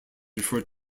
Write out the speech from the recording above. referred